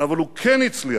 אבל הוא כן הצליח,